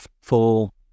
full